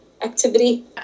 activity